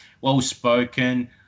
well-spoken